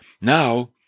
Now